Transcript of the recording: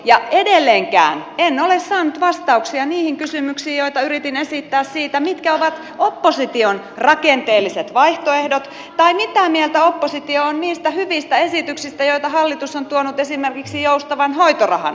ja edelleenkään en ole saanut vastauksia niihin kysymyksiin joita yritin esittää siitä mitkä ovat opposition rakenteelliset vaihtoehdot tai mitä mieltä oppositio on niistä hyvistä esityksistä joita hallitus on tuonut esimerkiksi joustavan hoitorahan osalta